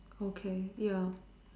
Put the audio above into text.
okay ya